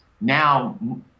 now